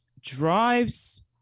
drives